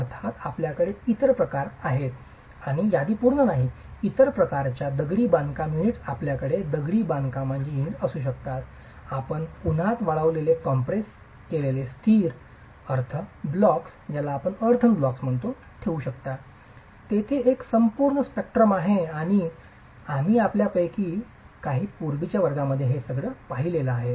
अर्थात आपल्याकडे इतर प्रकार आहेत आणि यादी पूर्ण नाही इतर प्रकारच्या दगडी बांधकाम युनिट्स आपल्याकडे दगडी बांधकामांचे युनिट्स असू शकतात आपण उन्हात वाळविलेले कॉम्प्रेस केलेले स्थिर अर्थ ब्लॉक्स ठेवू शकता तेथे एक संपूर्ण स्पेक्ट्रम आहे आणि आम्ही त्यापैकी काही पूर्वीच्या वर्गांमध्ये पाहिले आहेत